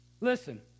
Listen